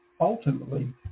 ultimately